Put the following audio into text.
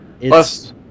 Plus